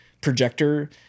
projector